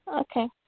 Okay